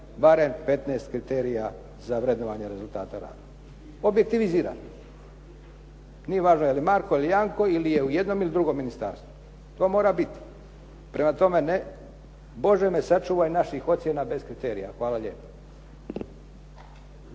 barem 15 kriterija za vrednovanje rezultata rada. Objektivizirani. Nije važno je li Marko ili Janko ili je u jednom ili u drugom ministarstvu. To mora biti. Prema tome, Bože me sačuvaj naših ocjena bez kriterija. Hvala lijepo.